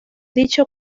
dicho